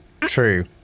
true